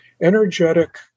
energetic